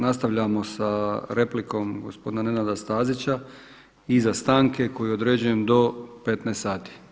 Nastavljamo sa replikom gospodina Nenada Stazića iza stanke koju određujem do 15,00 sati.